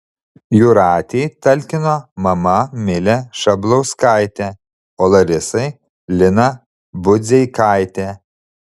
jūratei talkino mama milė šablauskaitė o larisai lina budzeikaitė